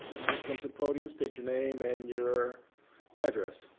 please come to the podium. state your name and your address.